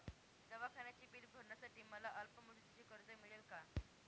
दवाखान्याचे बिल भरण्यासाठी मला अल्पमुदतीचे कर्ज मिळेल का?